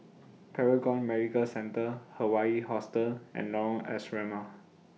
Paragon Medical Centre Hawaii Hostel and Lorong Asrama